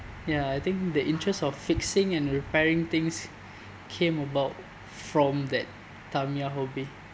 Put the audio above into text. ya I think the interests of fixing and repairing things came about from that tamiya hobby